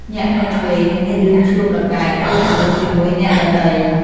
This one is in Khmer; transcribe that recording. ញាក់ភ្នែកឆ្វេង នឹងមានរឿងឈ្លោះប្រកែក ឬជម្លោះជាមួយអ្នកដទៃ។